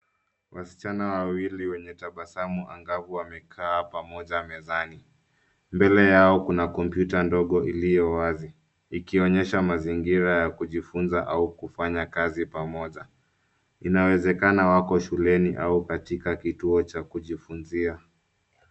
Wasichana wawili wenye tabasamu angavu wamekaa pamoja mezani. Mbele yao kuna kompyuta ndogo iliyo wazi ikionyesha mazingira ya kujifunza au kufanya kazi pamoja. Inawezekana wako shuleni au katika kituo cha kujifunzia.